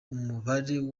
wayo